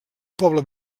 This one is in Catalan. poble